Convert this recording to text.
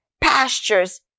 pastures